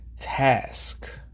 task